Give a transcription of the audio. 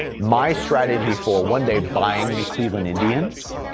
my strategy for one day buying cleveland indians,